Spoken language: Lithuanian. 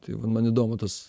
tai va man įdomu tas